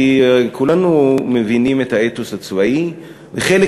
כי כולנו מבינים את האתוס הצבאי וחלק